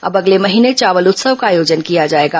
अब अगले महीने चावल उत्सव का आयोजन किया जाएगा